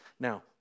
Now